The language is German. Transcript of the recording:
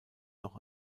noch